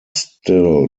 still